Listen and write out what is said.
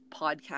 podcast